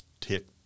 take